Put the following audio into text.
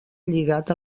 lligat